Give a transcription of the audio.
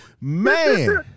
Man